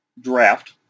draft